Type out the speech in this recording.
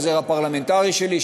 העוזר הפרלמנטרי שלי,